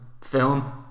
film